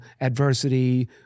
adversity